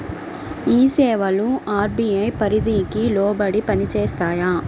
ఈ సేవలు అర్.బీ.ఐ పరిధికి లోబడి పని చేస్తాయా?